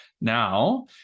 now